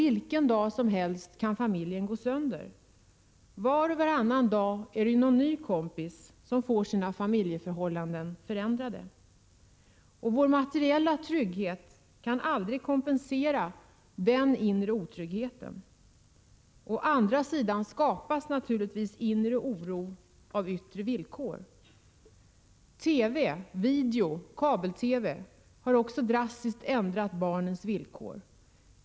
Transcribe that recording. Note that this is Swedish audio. Vilken dag som helst kan familjen gå sönder. Var och varannan dag är det ju någon ny kompis som får sina familjeförhållanden förändrade. Vår materiella trygghet kan aldrig kompensera den inre otryggheten. Å andra sidan är det naturligtvis yttre villkor som framkallar inre oro. TV, video och kabel-TV har också drastiskt förändrat barnens villkor.